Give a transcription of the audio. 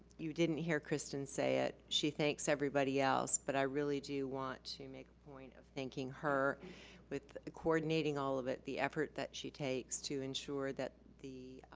you didn't hear kristen say it, she thanks everybody else, but i really do want to make a point of thanking her with coordinating all of it, the effort that she takes to ensure the